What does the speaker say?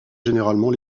généralement